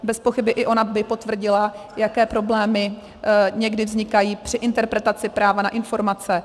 Bezpochyby i ona potvrdila, jaké problémy někdy vznikají při interpretaci práva na informace.